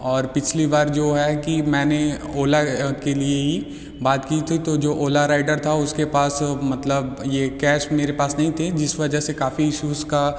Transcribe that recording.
और पिछली बार जो है कि मैंने ओला के लिए ही बात की थी तो जो ओला राइडर था उसके पास मतलब ये कैश मेरे पास नहीं था जिस वजह से काफ़ी इश्यूज़ का